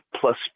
plus